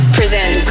present